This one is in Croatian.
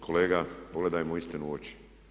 Kolega pogledajmo istini u oči.